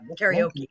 karaoke